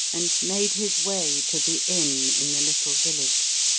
and made his way to the inn in the little village.